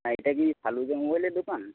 হ্যাঁ এটা কি মোবাইলের দোকান